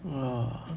orh